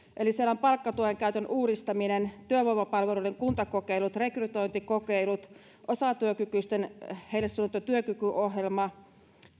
eli siellä on palkkatuen käytön uudistaminen työvoimapalveluiden kuntakokeilut rekrytointikokeilut osatyökykyisille suunnattu työkykyohjelma